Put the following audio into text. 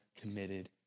committed